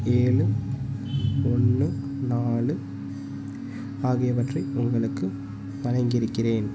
ஏழு ஒன்று நாலு ஆகியவற்றை உங்களுக்கு வழங்கியிருக்கிறேன்